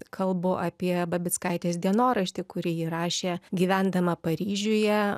kalbu apie babickaitės dienoraštį kurį ji rašė gyvendama paryžiuje